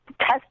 test